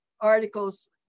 articles